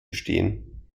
bestehen